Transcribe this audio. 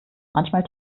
manchmal